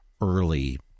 early